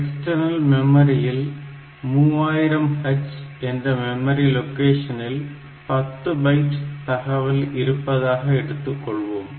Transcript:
external மெமரியில் 3000h என்ற memory லொகேஷனில் 10 பைட் தகவல் இருப்பதாக எடுத்துக்கொள்வோம்